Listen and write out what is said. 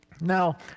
Now